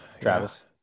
Travis